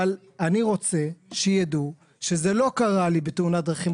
אבל אני רוצה שיידעו שזה לא קרה לי בתאונת דרכים,